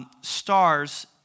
stars